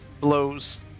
blows